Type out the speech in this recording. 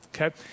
okay